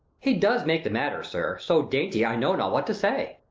he does make the matter, sir, so dainty i know not what to say.